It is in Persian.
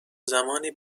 زمانی